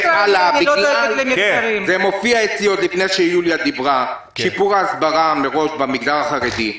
זה מופיע אצלי עוד לפני שיוליה דיברה שיפור ההסברה במגזר החרדי.